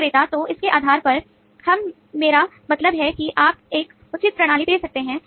विक्रेता तो इसके आधार पर हम मेरा मतलब है कि आप एक उचित प्रणाली दे सकते हैं